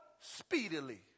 speedily